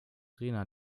rena